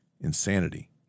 insanity